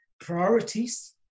priorities